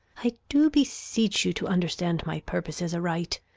i do beseech you to understand my purposes aright.